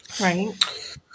Right